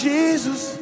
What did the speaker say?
Jesus